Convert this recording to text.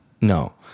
no